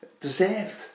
deserved